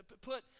put